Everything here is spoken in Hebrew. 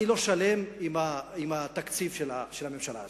אני לא שלם עם התקציב של הממשלה הזאת.